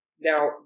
Now